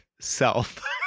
self